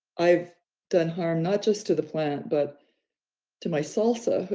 i've done harm not just to the plant, but to my salsa,